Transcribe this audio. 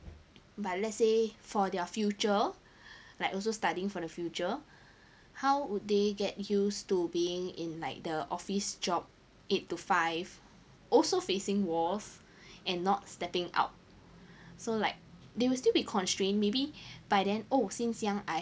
but let's say for their future like also studying for the future how would they get used to being in like the office job eight to five also facing walls and not stepping out so like they will still be constrained maybe by then oh since young I